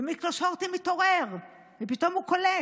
ומיקלוש הורטי מתעורר ופתאום הוא קולט,